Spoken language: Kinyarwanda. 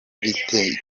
bite